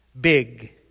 big